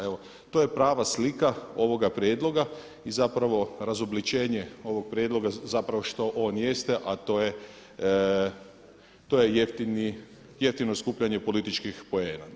Evo to je prava slika ovoga prijedloga i zapravo razubličenje ovog prijedloga zapravo što on jeste, a to je jeftino skupljanje političkih poena.